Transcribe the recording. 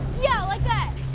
yeah, like that.